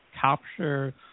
capture